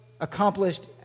accomplished